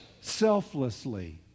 selflessly